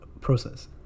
process